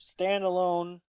standalone